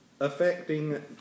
affecting